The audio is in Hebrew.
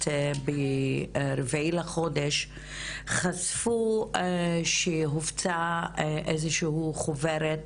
ברביעי לחודש חשפו שהופצה איזושהי חוברת